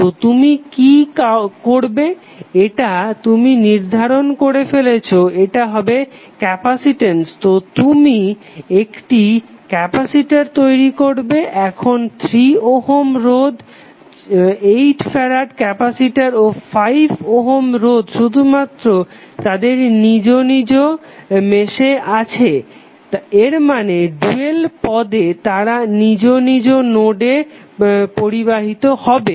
তো তুমি কি করবে এটা তুমি নির্ধারণ করে ফেলেছো এটা হবে ক্যাপাসিটেন্স তো তুমি একটি ক্যাপাসিটর তৈরি করবে এখন 3 ওহম রোধ 8 ফ্যারাড ক্যাপাসিটর ও 5 ওহম রোধ শুধুমাত্র তাদের নিজ নিজ মেশে আছে এরমানে ডুয়াল পদে তারা নিজ নিজ নোডে পরিবাহিত হবে